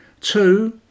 Two